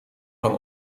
van